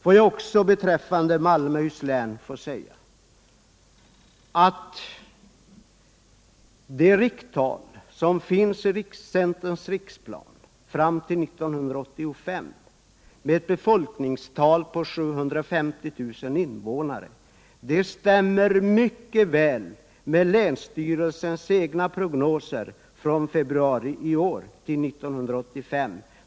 Får jag också beträfffande Malmöhus län säga att det rikttal som finns i centerns riksplan fram till 1985, med ett befolkningstal på 750 000 invånare, stämmer mycket väl med länsstyrelsens egna prognoser för tiden från februari i år till 1985.